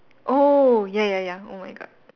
oh ya ya ya oh my god